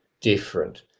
different